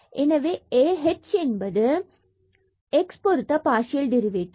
எனவே h இதுவே x பொருத்த பார்சியல் டெரிவேட்டிவ்